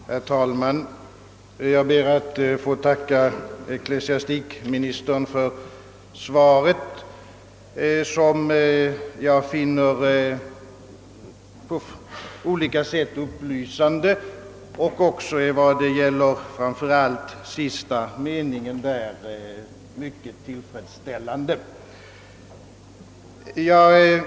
Herr talman! Jag ber att få tacka ecklesiastikministern för svaret, som jag finner på många sätt upplysande och också -— framför allt i vad gäller sista meningen — mycket tillfredsställande.